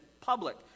public